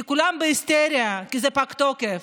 כי כולם בהיסטריה כי פג התוקף.